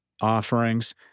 offerings